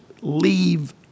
leave